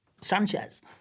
Sanchez